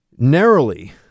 narrowly